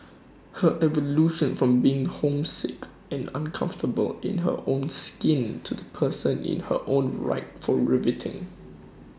her evolution from being homesick and uncomfortable in her own skin to the person in her own right for riveting